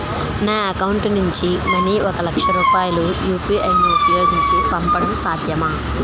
నా అకౌంట్ నుంచి మనీ ఒక లక్ష రూపాయలు యు.పి.ఐ ను ఉపయోగించి పంపడం సాధ్యమా?